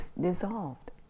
dissolved